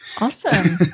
awesome